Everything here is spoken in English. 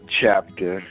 chapter